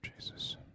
Jesus